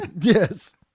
Yes